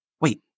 wait